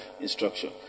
instruction